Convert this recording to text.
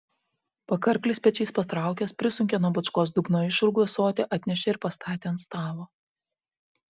pakarklis pečiais patraukęs prisunkė nuo bačkos dugno išrūgų ąsotį atnešė ir pastatė ant stalo